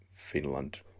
Finland